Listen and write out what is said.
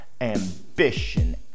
ambition